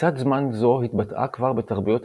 תפיסת זמן זו התבטאה כבר בתרבויות